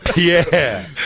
yeah.